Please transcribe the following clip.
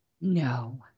No